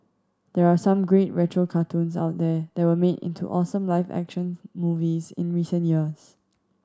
there are some great retro cartoons out there that were made into awesome live action movies in recent years